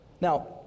Now